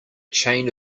chain